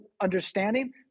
understanding